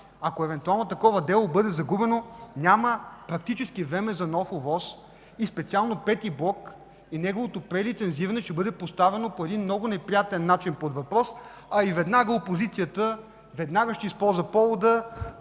ако евентуално такова дело бъде загубено, няма практически време за нов ОВОС и специално V блок и неговото прелицензиране ще бъде поставено по един много неприятен начин под въпрос, а и опозицията веднага ще използва повода